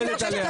היא סבתא שלה.